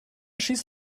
schieß